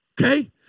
okay